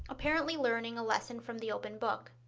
apparently learning a lesson from the open book.